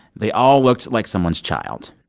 they all looked like someone's child.